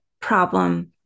problem